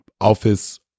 Office